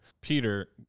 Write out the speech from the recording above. Peter